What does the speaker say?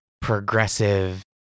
progressive